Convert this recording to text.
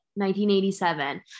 1987